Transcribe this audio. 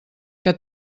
que